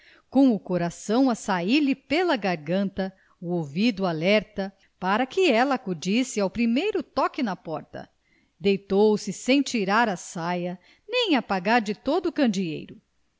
com o coração a sair-lhe pela garganta o ouvido alerta para que ela acudisse ao primeiro toque na porta deitou-se sem tirar a saia nem apagar de todo o candeeiro